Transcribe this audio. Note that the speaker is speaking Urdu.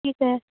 ٹھیک ہے